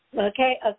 Okay